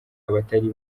abatari